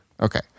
Okay